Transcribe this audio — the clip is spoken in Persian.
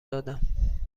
دادم